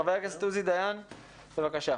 חבר הכנסת עוזי דיין, בבקשה.